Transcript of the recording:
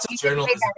journalism